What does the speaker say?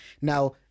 now